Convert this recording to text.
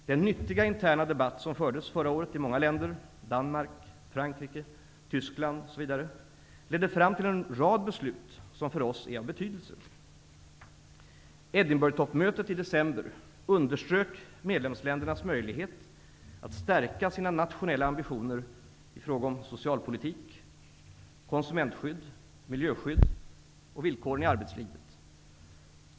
Den nyttiga interna debatt som fördes förra året i många länder, Danmark, Frankrike, Tyskland osv., ledde fram till en rad beslut som för oss är av stor betydelse. Edinburgh-toppmötet i december underströk medlemsländernas möjlighet att stärka sina nationella ambitioner i fråga om socialpolitik, konsumentskydd, miljöskydd och villkoren i arbetslivet.